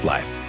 Life